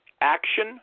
action